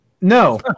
No